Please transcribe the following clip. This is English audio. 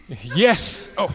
Yes